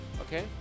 Okay